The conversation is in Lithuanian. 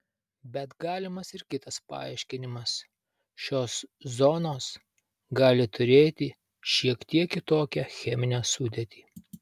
bet galimas ir kitas paaiškinimas šios zonos gali turėti šiek tiek kitokią cheminę sudėtį